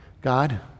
God